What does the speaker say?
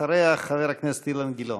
אחריה חבר הכנסת אילן גילאון.